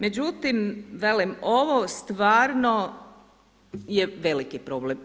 Međutim, velim ovo stvarno je veliki problem.